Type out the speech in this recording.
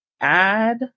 add